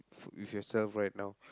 with yourself right now